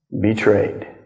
betrayed